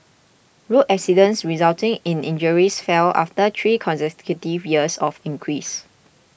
road accidents resulting in injuries fell after three consecutive years of increase